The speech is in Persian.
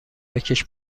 بکـش